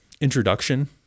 introduction